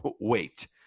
wait